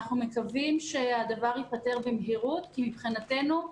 אנחנו מקווים שהדבר ייפתר במהירות, מבחינתנו,